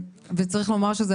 וצריך לומר שזה,